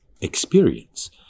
experience